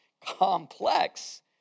complex